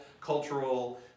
cultural